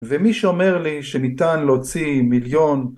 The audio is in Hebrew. ומי שאומר לי שניתן להוציא מיליון